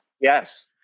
Yes